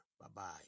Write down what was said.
Bye-bye